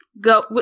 go